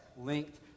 linked